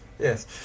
Yes